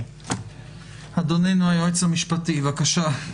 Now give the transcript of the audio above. אדוננו היועץ המשפטי, בבקשה.